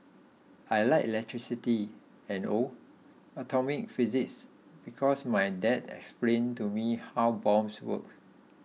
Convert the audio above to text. I like electricity and oh atomic physics because my dad explained to me how bombs work